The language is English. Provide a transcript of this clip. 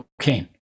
cocaine